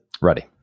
Ready